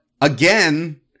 again